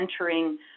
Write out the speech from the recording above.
entering